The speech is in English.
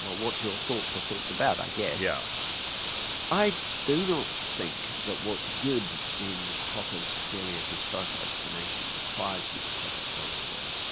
what what your thoughts are thoughts about, i guess. yeah i do not think that what's good in popper's theory of historical explanation requires you to posit world three,